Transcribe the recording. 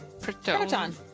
Proton